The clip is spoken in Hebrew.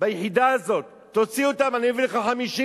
ביחידה הזאת, תוציא אותן, אני אביא לך 50 במקומן.